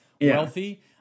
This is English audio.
wealthy